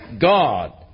God